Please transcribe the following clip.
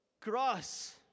cross